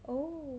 oo